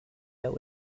der